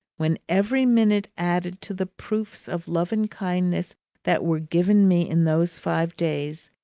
when every minute added to the proofs of love and kindness that were given me in those five days,